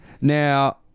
Now